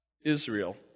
Israel